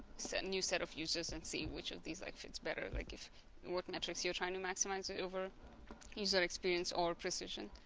new set of users and see which of these like fits better like if what metrics you're trying to maximize it over user experience or precision